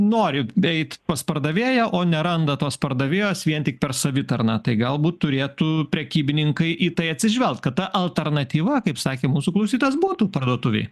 nori eiti pas pardavėją o neranda tos pardavėjos vien tik per savitarną tai galbūt turėtų prekybininkai į tai atsižvelgt kad ta alternatyva kaip sakė mūsų klausytojas būtų parduotuvėj